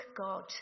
God